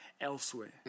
elsewhere